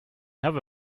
have